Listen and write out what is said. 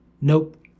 Nope